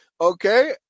Okay